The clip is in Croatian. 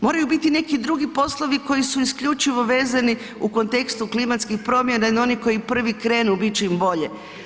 Moraju biti neki drugi poslovi koji su isključivo vezani u kontekstu klimatskih promjena i oni koji prvi krenu, bit će im bolje.